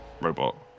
robot